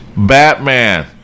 Batman